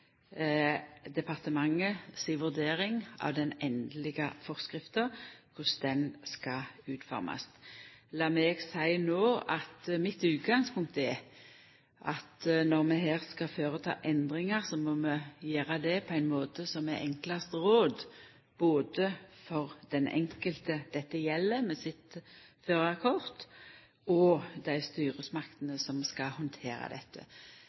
departementet si vurdering av korleis den endelege forskrifta skal utformast. Lat meg seia no at mitt utgangspunkt er at når vi her skal føreta endringar, må vi gjera det på ein måte som er enklast råd, både for den enkelte som dette gjeld, med sitt førarkort, og dei styresmaktene som skal handtera dette.